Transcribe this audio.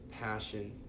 passion